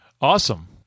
Awesome